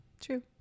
true